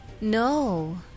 No